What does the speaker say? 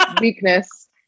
weakness